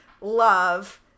love